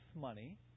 money